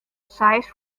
seis